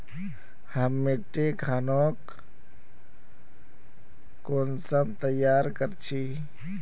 हम मिट्टी खानोक कुंसम तैयार कर छी?